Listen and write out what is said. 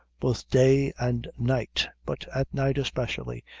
both day and night, but at night especially,